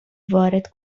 وارد